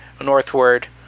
northward